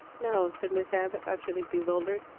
no, said miss abbott, utterly bewildered.